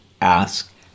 ask